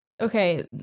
Okay